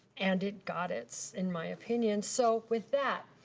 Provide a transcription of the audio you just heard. and it got it, in my opinion. so with that,